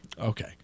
Okay